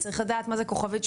צריך לדעת מה זה *8840.